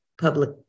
public